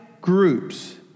groups